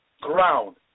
ground